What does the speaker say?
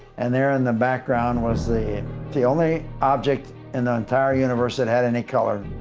and there in the background was the the only object in the entire universe that had any color.